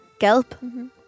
Gelp